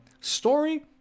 story